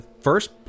first